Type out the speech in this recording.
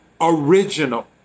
original